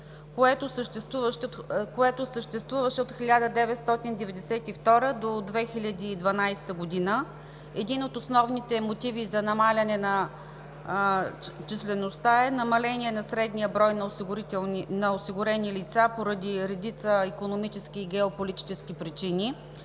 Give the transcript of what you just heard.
което съществуваше от 1992 г. до 2012 г. Един от основните мотиви за намаляване на числеността е намаление на средния брой на осигурените лица поради редица икономически и геополитически причини.